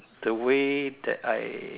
the way that I